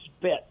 spit